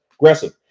Aggressive